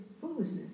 foolishness